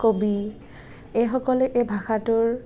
কবি এইসকলে এই ভাষাটোৰ